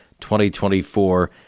2024